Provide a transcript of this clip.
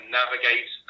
navigate